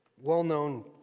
well-known